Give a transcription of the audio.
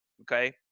okay